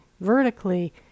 vertically